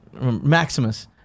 Maximus